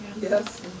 Yes